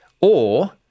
Or-